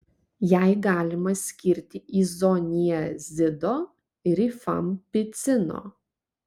jai galima skirti izoniazido rifampicino